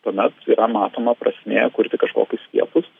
tuomet yra matoma prasmė kurti kažkokius skiepus